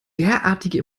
derartige